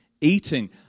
eating